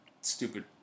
Stupid